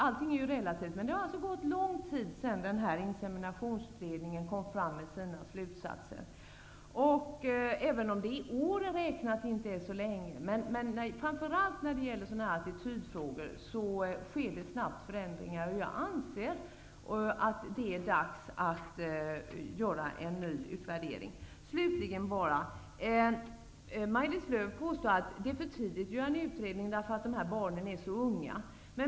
Allting är relativt. Det har gått lång tid sedan inseminationsutredningen kom fram till sina slutsatser, även om det i år räknat inte är så länge sedan. I attitydfrågor sker förändringar snabbt. Jag anser att det är dags att göra en ny utvärdering. Slutligen påstår Maj-Lis Lööw att det är för tidigt att göra en utredning, eftersom dessa barn är så unga.